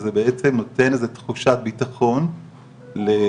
זה בעצם נותן איזה תחושת ביטחון להורים.